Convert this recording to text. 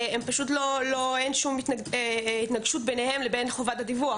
פשוט אין שום התנגשות ביניהם לבין חובת הדיווח.